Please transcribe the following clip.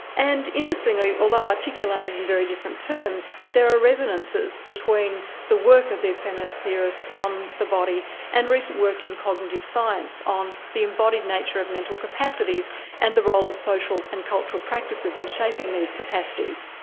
and interestingly, although articulated in very different terms, there are resonances between the work of these feminist theorists on the body and recent work in cognitive science on the embodied nature of mental capacities and the role of social and cultural practices in shaping these capacities.